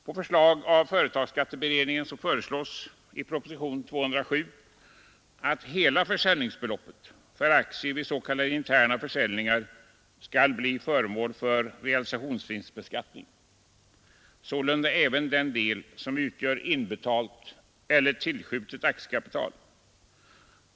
På förslag av företagsskatteberedningen hemställs i propositionen 207 att hela försäljningsbeloppet för aktier vid s.k. interna försäljningar skall bli föremål för realisationsvinstbeskattning, sålunda även den del som utgör inbetalt eller tillskjutet aktiekapital.